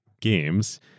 games